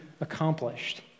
accomplished